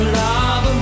love